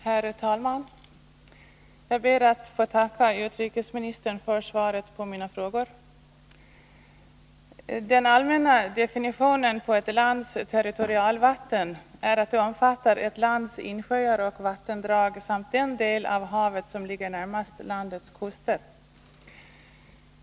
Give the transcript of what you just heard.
Herr talman! Jag ber att få tacka utrikesministern för svaret på mina frågor. Den allmänna definitionen på ett lands territorialvatten är att det omfattar ett lands insjöar och vattendrag samt den del av havet som ligger närmast landets kuster.